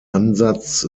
ansatz